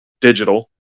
digital